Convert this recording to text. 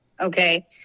Okay